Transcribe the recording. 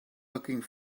looking